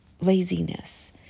laziness